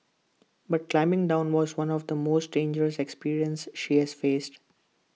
but climbing down was one of the most dangerous experience she has faced